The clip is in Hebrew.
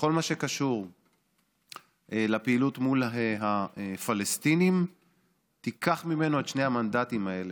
בכל מה שקשור בפעילות מול הפלסטינים תיקח ממנו את שני המנדטים הללו,